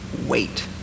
wait